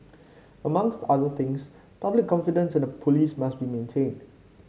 amongst other things public confidence in the police must be maintained